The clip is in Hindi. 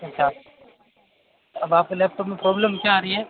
अच्छा अब आपके लैपटॉप में प्रॉब्लम क्या आ रही है